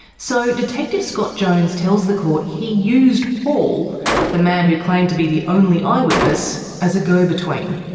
so detective scott jones tells the court he used paul the man who claimed to be the only eyewitness as a go-between.